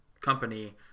company –